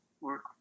work